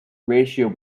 ratio